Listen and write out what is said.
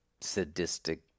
sadistic